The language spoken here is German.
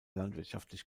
landwirtschaftlich